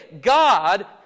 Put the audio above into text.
God